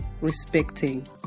respecting